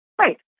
Right